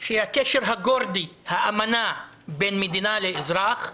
שהיא הקשר הגורדי, האמנה בין מדינה לאזרח,